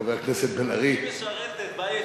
חבר הכנסת בן-ארי, היא משרתת ב-IHH.